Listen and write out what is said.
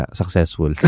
successful